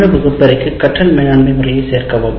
மின்னணு வகுப்பறைக்கு கற்றல் மேலாண்மை முறையைச் சேர்க்கவும்